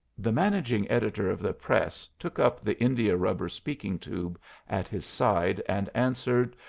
the managing editor of the press took up the india-rubber speaking-tube at his side, and answered,